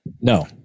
No